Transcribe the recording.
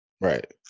Right